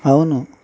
అవును